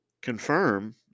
confirm